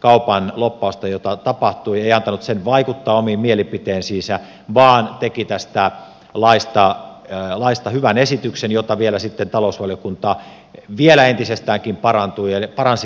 kaupan lobbauksen jota tapahtui vaikuttaa omiin mielipiteisiinsä vaan teki tästä laista hyvän esityksen jota sitten talousvaliokunta vielä entisestäänkin paransi